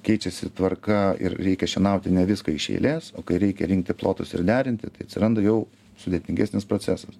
keičiasi tvarka ir reikia šienauti ne viską iš eilės o kai reikia rinkti plotus ir derinti tai atsiranda jau sudėtingesnis procesas